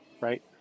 right